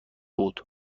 بود